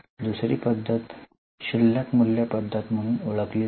दुसरी पद्धत शिल्लक मूल्य पद्धत म्हणून ओळखली जाते